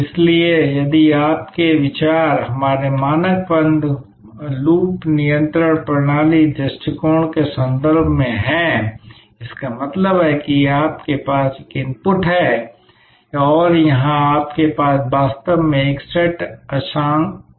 इसलिए यदि आपका विचार हमारे मानक बंद लूप नियंत्रण प्रणाली दृष्टिकोण के संदर्भ में है इसका मतलब है आपके पास एक इनपुट है और यहां आपके पास वास्तव में एक सेट अंशांकन हो सकता है